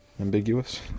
Ambiguous